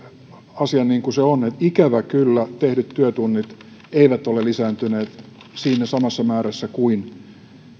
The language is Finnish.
asian niin kuin se on että ikävä kyllä tehdyt työtunnit eivät ole lisääntyneet siinä samassa määrässä kuin